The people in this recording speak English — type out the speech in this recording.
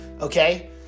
Okay